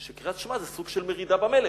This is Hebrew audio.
קריאת שמע, זה סוג של מרידה במלך.